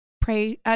pray